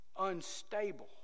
unstable